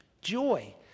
Joy